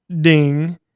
Ding